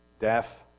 deaf